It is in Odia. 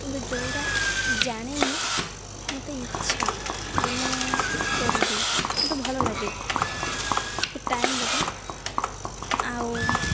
କିନ୍ତୁ ଯେଉଁଟା ଜାଣିନି ମୋତେ ଇଚ୍ଛା ଯେ ମୁଁ କରିବି ମୋତେ ଭଲଲାଗେ ଟିକେ ଟାଇମ୍ ଲାଗେ ଆଉ